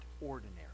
ordinary